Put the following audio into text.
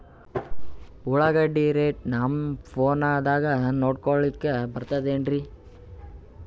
ಉಳ್ಳಾಗಡ್ಡಿ ರೇಟ್ ನಮ್ ಫೋನದಾಗ ನೋಡಕೊಲಿಕ ಬರತದೆನ್ರಿ?